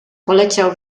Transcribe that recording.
poleciał